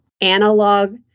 analog